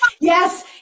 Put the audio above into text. yes